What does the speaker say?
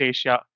Asia